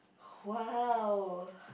!wow!